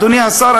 אדוני השר,